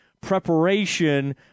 preparation